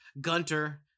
Gunter